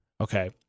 Okay